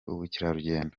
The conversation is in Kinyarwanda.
ubukerarugendo